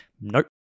Nope